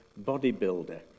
bodybuilder